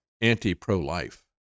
anti-pro-life